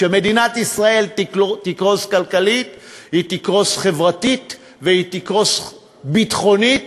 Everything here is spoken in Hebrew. וכשמדינת ישראל תקרוס כלכלית היא תקרוס חברתית והיא תקרוס ביטחונית,